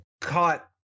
caught